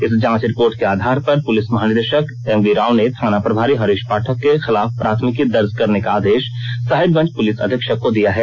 इस जांच रिपोर्ट के आधार के पर पुलिस महानिदेशक एमवी राव ने थाना प्रभारी हरीश पाठक के खिलाफ प्राथमिकी दर्ज करने का आदेश साहिबगंज पुलिस अधीक्षक को दिया है